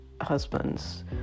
husband's